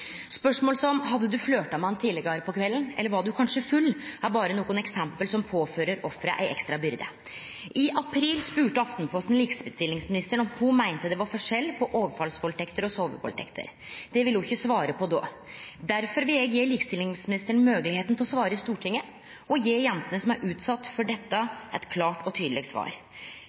spørsmål som påfører ofra ei ekstra byrde. I april spurde Aftenposten likestillingsministeren om ho meinte det var forskjell på overfallsvaldtekter og sovevaldtekter. Det ville ho ikkje svare på då. Derfor vil eg gje likestillingsministeren moglegheita til å svare i Stortinget og gje jentene som er utsette for dette, eit klart og tydeleg svar.